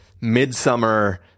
midsummer